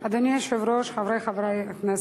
אדוני היושב-ראש, חברי חברי הכנסת,